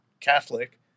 Catholic